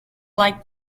like